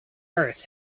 earth